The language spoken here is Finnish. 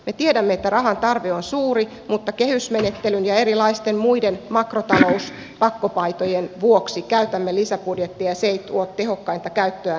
me tiedämme että rahantarve on suuri mutta kehysmenettelyn ja erilaisten muiden makrotalouspakkopaitojen vuoksi käytämme lisäbudjettia ja se ei tuo tehokkainta käyttöä näille rahoille